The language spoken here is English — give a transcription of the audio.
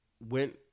went